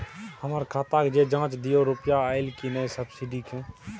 हमर खाता के ज जॉंच दियो रुपिया अइलै की नय सब्सिडी के?